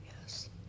Yes